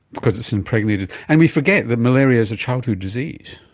because it's impregnated. and we forget that malaria is a childhood disease